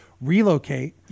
relocate